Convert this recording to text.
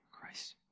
Christ